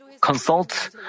consult